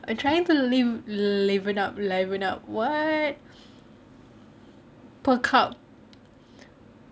I'm trying to liven up liven up what perk up